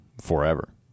forever